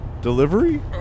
Delivery